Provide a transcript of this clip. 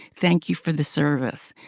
thank you for the service,